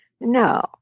No